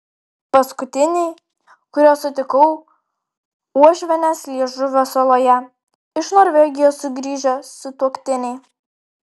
paskutiniai kuriuos sutikau uošvienės liežuvio saloje iš norvegijos sugrįžę sutuoktiniai